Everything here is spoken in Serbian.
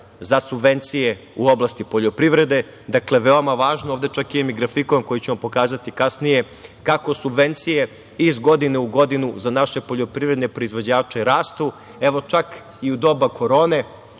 za subvencije u oblasti poljoprivrede, dakle, veoma važno. Ovde čak imam i grafikon koji ću vam pokazati kasnije, kako subvencije iz godinu u godinu za naše poljoprivredne proizvođače rastu, evo, čak i u doba korone,